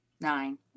Nine